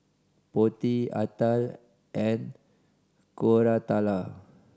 Potti Atal and Koratala